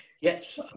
yes